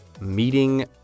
meeting